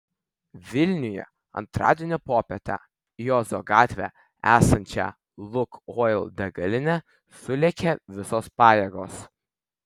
vilniuje antradienio popietę į ozo gatvėje esančią lukoil degalinę sulėkė visos pajėgos